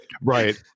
Right